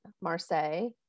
Marseille